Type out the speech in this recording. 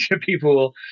people